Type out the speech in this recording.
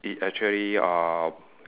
it actually uh